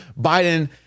Biden